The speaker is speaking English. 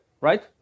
Right